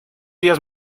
días